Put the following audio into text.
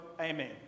Amen